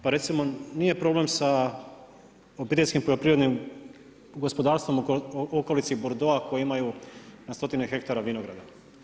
Pa recimo nije problem sa obiteljskim poljoprivrednim gospodarstvom u okolici Bordoa koji imaju na stotine hektara vinograda.